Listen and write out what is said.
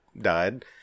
died